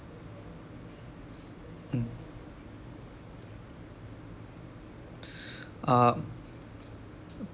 mm uh